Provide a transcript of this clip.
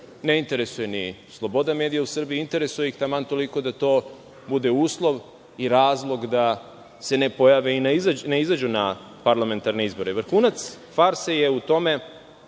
ne interesuje ni sloboda medija u Srbiji. Interesuje ih taman toliko da to bude uslov i razlog da se ne pojave i ne izađu na parlamentarne izbore. Vrhunac farse je u tome